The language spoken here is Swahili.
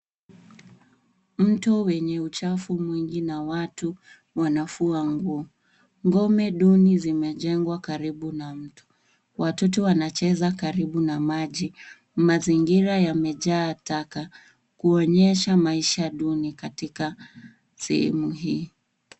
Mto mwenye uchafu mwingi na watu wanafua nguo. Ngome duni zimejengwa karibu na mto. Watoto wanacheza karibu na maji. Mazingira yamejaa taka kuonyesha maisha duni katika sehemu hii.